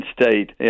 State